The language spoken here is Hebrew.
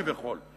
כביכול.